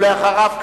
ולאחריו,